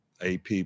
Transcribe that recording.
AP